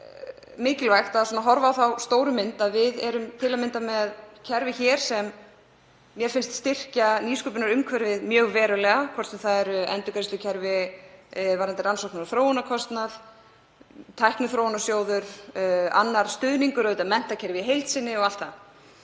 er mikilvægt að horfa á þá stóru mynd að við erum til að mynda með kerfi hér sem mér finnst styrkja nýsköpunarumhverfið mjög verulega, hvort sem það eru endurgreiðslukerfi varðandi rannsóknir og þróunarkostnað, Tækniþróunarsjóður, annar stuðningur og menntakerfið í heild sinni og allt það.